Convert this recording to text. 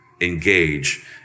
engage